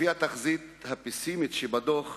לפי התחזית הפסימית של הדוח,